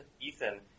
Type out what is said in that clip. Ethan